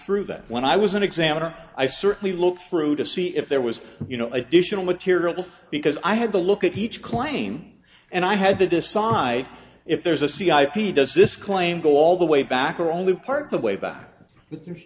through that when i was an examiner i certainly look through to see if there was you know additional material because i had to look at each claim and i had to decide if there's a cia he does this claim go all the way back or only part of the way back with the